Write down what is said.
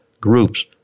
groups